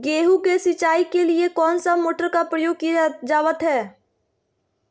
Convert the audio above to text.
गेहूं के सिंचाई के लिए कौन सा मोटर का प्रयोग किया जावत है?